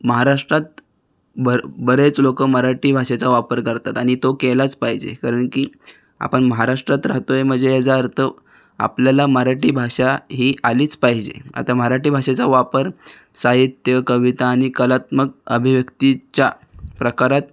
महाराष्ट्रात भर बरेच लोकं मराठी भाषेचा वापर करतात आणि तो केलाच पाहिजे कारण की आपण म्हाराष्ट्रात रहातोय मजे येचा अर्थ आपल्याला मराठी भाषा ही आलीच पाहिजे आता मराठी भाषेचा वापर साहित्य कविता आणि कलात्मक अभिव्यक्तीच्या प्रकारात